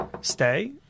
stay